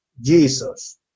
Jesus